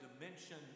dimension